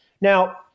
Now